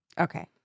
Okay